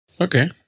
Okay